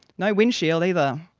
no windshield either.